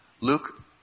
Luke